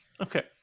Okay